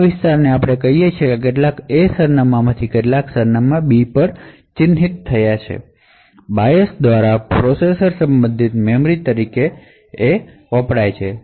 BIOS દ્વારા આ વિસ્તારને A સરનામાંથી સરનામાં B સુધી પ્રોસેસર સંબંધિત મેમરી તરીકે ચિહ્નિત થયેલ છે